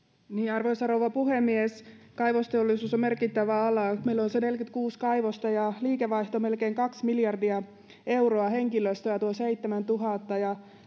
arvoisa rouva puhemies kaivosteollisuus on merkittävä ala meillä on se neljäkymmentäkuusi kaivosta ja liikevaihto melkein kaksi miljardia euroa ja henkilöstöä tuo seitsemäntuhatta ja